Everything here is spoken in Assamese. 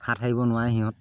হাত সাৰিব নোৱাৰে সিহঁত